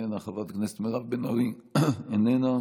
איננה,